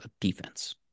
defense